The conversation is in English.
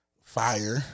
Fire